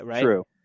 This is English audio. true